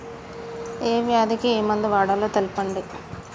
ఏ వ్యాధి కి ఏ మందు వాడాలో తెల్పండి?